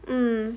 mm